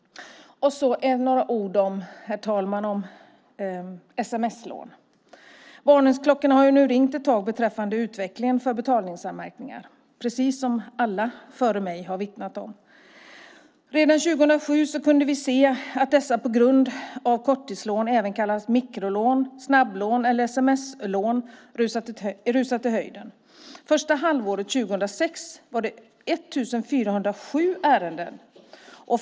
Och så, herr talman, några ord om sms-lån. Varningsklockorna har nu ringt ett tag beträffande utvecklingen när det gäller betalningsanmärkningar, precis som alla talare före mig har vittnat om. Redan 2007 kunde vi se att antalet betalningsanmärkningar på grund av korttidslån, även kallade mikrolån, snabblån eller sms-lån, rusade i höjden.